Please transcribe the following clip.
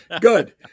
good